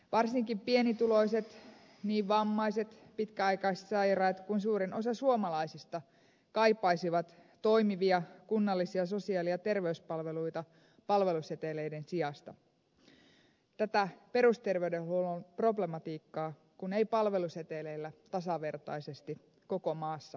varsinkin pienituloiset niin vammaiset pitkäaikaissairaat kuin suurin osa suomalaisista kaipaisivat toimivia kunnallisia sosiaali ja terveyspalveluita palveluseteleiden sijasta tätä perusterveydenhuollon problematiikkaa kun ei palveluseteleillä tasavertaisesti koko maassa ratkaista